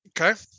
Okay